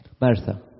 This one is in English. Martha